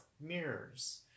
mirrors